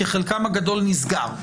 כי חלקם הגדול נסגר,